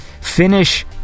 finish